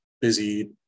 busy